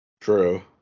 True